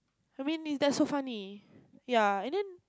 I mean it that's so funny ya and then